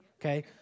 okay